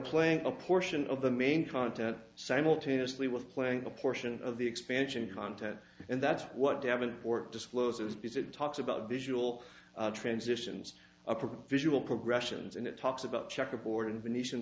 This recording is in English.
playing a portion of the main content simultaneously with playing a portion of the expansion content and that's what davenport discloses because it talks about visual transitions a propos visual progressions and it talks about checkerboard and venetian